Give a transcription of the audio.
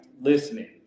listening